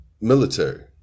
military